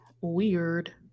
weird